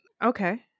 Okay